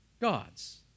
Gods